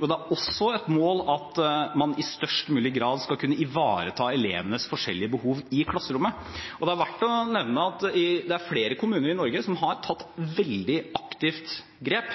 og det er også et mål at man i størst mulig grad skal kunne ivareta elevenes forskjellige behov i klasserommet. Det er verdt å nevne at det er flere kommuner i Norge som har tatt veldig aktivt grep,